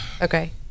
Okay